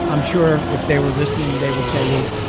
um sure if they were listening, they would say, well,